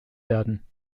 werden